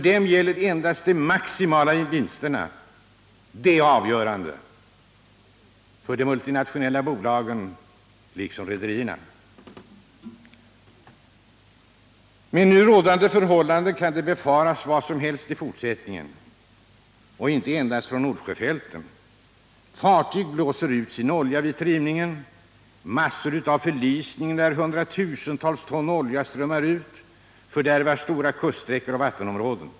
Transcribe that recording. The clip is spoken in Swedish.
Det är endast de maximala vinsterna som är avgörande för de multinationella bolagen och för rederierna. Med nu rådande förhållanden kan vad som helst befaras i fortsättningen — inte endast från Nordsjöfälten. Fartyg blåser ut sin olja vid trimningen. Massor av förlisningar sker, där hundratusentals ton olja strömmar ut och fördärvar stora kuststräckor och vattenområden.